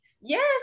Yes